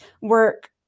work